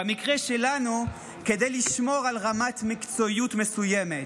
ובמקרה שלנו, כדי לשמור על רמת מקצועיות מסוימת,